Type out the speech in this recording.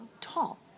tall